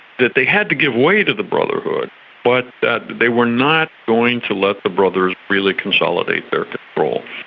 that they had to give way to the brotherhood but that they were not going to let the brothers really consolidate their control.